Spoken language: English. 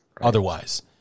otherwise